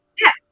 Yes